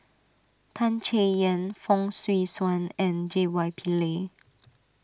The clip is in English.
Tan Chay Yan Fong Swee Suan and J Y Pillay